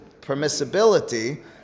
permissibility